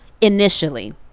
initially